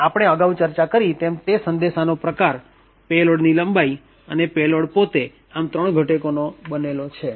અને આપણે અગાઉ ચર્ચા કરી તેમ તે સંદેશાનો પ્રકાર પેલોડ ની લંબાઈ અને પેલોડ પોતે આમ ત્રણ ઘટકોનો બનેલો છે